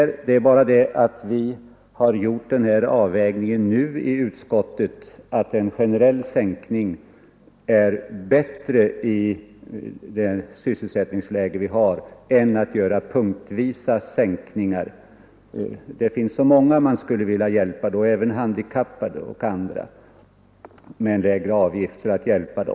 Det är bara det att vi har gjort denna avvägning nu i utskottet, att en generell sänkning är bättre i det sysselsättningsläge vi har än punktvisa sänkningar. Det finns annars så många man skulle vilja hjälpa — även handikappade och andra — med en lägre avgift.